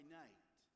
night